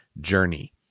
journey